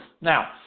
Now